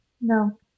No